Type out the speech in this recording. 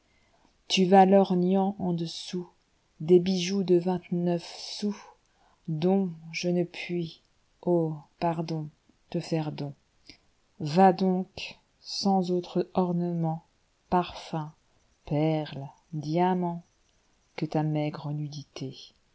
tu vas lorgnant en dessousdes bijoux de vingt-neuf sousdont je ne puis oh pardon lle faire don va donc sans autre ornement parfum perles diamant que ta maigre nudité